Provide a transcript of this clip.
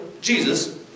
Jesus